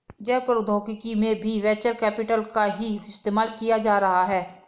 जैव प्रौद्योगिकी में भी वेंचर कैपिटल का ही इस्तेमाल किया जा रहा है